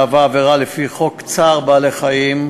המהווה עבירה לפי חוק צער בעלי-חיים,